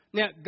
Now